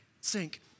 sink